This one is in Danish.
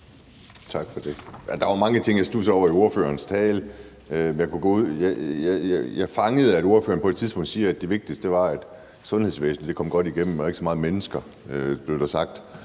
Tak for det. Der var jo mange ting, som jeg studsede over i ordførerens tale. Jeg fangede, at ordføreren på et tidspunkt sagde, at det vigtigste var, at sundhedsvæsenet kom godt igennem, ikke så meget mennesker, blev der sagt.